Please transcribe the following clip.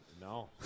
No